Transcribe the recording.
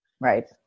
Right